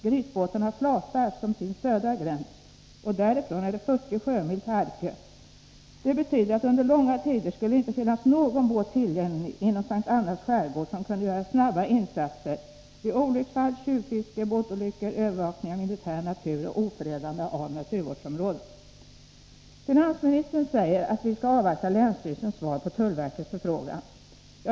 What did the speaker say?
Grytbåten har Flatarp som sin södra gräns, och därifrån är det 40 sjömil till Arkö. Det betyder att under långa tider skulle det inte finnas någon båt tillgänglig inom S:t Annas skärgård som kunde göra snabba insatser vid olycksfall, tjuvfiske, båtolyckor, övervakning av militär natur och ofredande av naturvårdsområden. Finansministern säger att vi skall avvakta länsstyrelsens svar på tullverkets förfrågan.